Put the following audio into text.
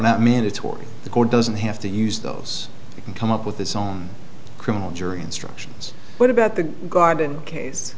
not mandatory the court doesn't have to use those you can come up with this on criminal jury instructions what about the garden